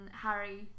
harry